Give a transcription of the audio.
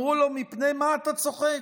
אמרו לו: מפני מה אתה צוחק?